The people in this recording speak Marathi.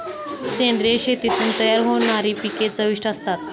सेंद्रिय शेतीतून तयार होणारी पिके चविष्ट असतात